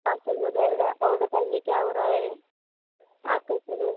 parcel हो जाएगा और बताइए क्या हो रहा है आप कैसी हैं